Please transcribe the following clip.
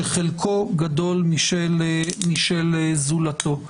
שחלקו גדול משל זולתו.